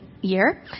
year